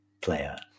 player